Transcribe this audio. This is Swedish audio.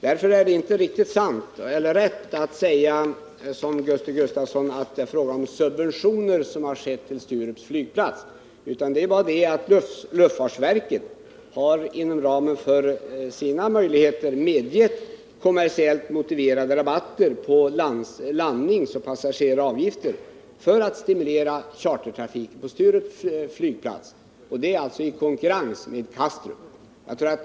Därför är det inte riktigt rätt att säga, som Gusti Gustavsson gjorde, att Sturups flygplats har subventionerats. Luftfartsverket har inom ramen för sina möjligheter medgivit kommersiellt motiverade rabatter på landningsoch passageraravgifter för att stimulera chartertrafik på Sturups flygplats i konkurrens med Kastrup.